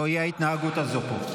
לא תהיה ההתנהגות הזאת פה.